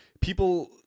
people –